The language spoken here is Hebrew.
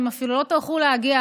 הם אפילו לא טרחו להגיע,